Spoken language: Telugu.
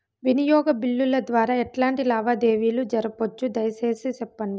వినియోగ బిల్లుల ద్వారా ఎట్లాంటి లావాదేవీలు జరపొచ్చు, దయసేసి సెప్పండి?